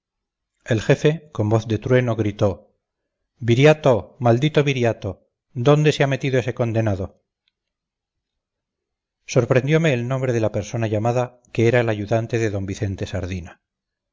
el jefe con voz de trueno gritó viriato maldito viriato dónde se ha metido ese condenado sorprendiome el nombre de la persona llamada que era el ayudante de d vicente sardina